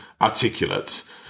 articulate